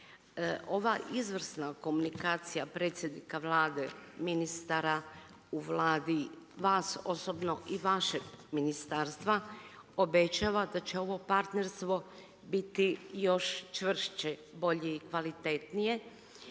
Ova izvrsna komunikacija predsjednika Vlade, ministara u Vladi, vas osobno i vašeg ministarstva obećava da će ovo partnerstvo biti još čvršće, bolje i kvalitetnije.